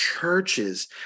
churches